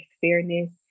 fairness